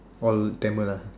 all Tamil lah